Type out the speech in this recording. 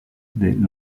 des